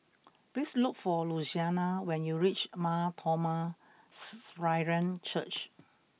please look for Luciana when you reach Mar Thoma Syrian Church